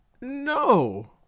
No